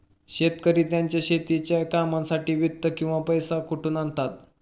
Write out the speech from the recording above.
शेतकरी त्यांच्या शेतीच्या कामांसाठी वित्त किंवा पैसा कुठून मिळवतात?